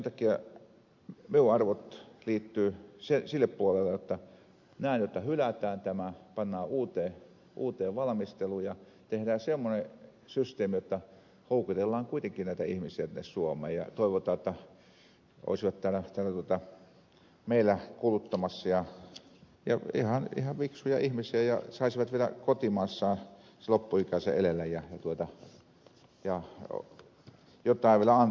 minun arvoni liittyvät sille puolelle jotta näen jotta hylätään tämä pannaan uuteen valmisteluun ja tehdään semmoinen systeemi jotta houkutellaan kuitenkin näitä ihmisiä tänne suomeen ja toivotaan että he olisivat täällä meillä kuluttamassa ihan fiksuja ihmisiä ja saisivat vielä kotimaassaan loppuikänsä elellä ja jotain vielä antaa tälle suomalaiselle yhteiskunnalle